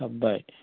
हाब्बाय